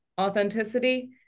authenticity